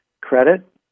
credit